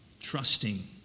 trusting